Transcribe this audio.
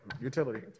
utility